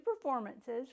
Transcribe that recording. performances